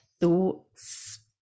thoughts